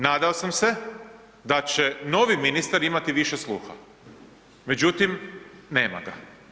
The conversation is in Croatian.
Nadao sam se da će novi ministar imati više sluha međutim nema ga.